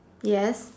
yes